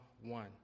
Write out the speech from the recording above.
one